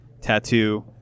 tattoo